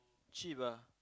cheap ah